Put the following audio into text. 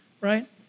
right